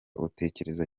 utekereza